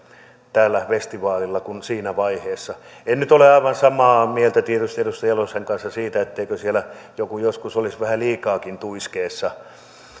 tällä festivaalilla kuin siinä vaiheessa en nyt tietysti ole aivan samaa mieltä edustaja jalosen kanssa siitä etteikö siellä joku joskus olisi vähän liikaakin tuiskeessa